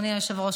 אדוני היושב-ראש,